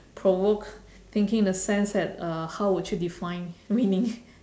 provoke thinking in the sense that uh how would you define winning